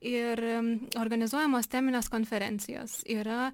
ir organizuojamos teminės konferencijos yra